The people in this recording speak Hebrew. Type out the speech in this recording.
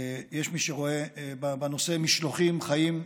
יש מי שרואה בנושא משלוחים חיים,